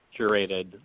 curated